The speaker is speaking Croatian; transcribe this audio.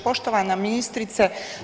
Poštovana ministrice.